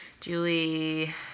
Julie